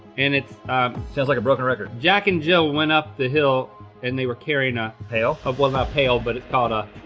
and it's sounds like a broken record. jack and jill went up the hill and they were carrying ah a pail. well, not pail. but it's called a.